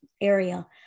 area